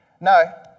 no